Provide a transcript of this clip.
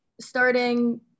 starting